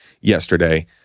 yesterday